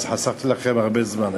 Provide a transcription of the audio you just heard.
אז חסכתי לכם הרבה זמן היום.